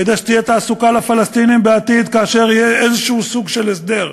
כדי שתהיה תעסוקה לפלסטינים בעתיד כאשר יהיה איזה סוג של הסדר,